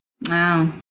Wow